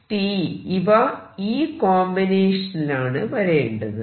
x t ഇവ ഈ കോമ്പിനേഷനിലാണ് വരേണ്ടത്